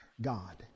God